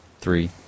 three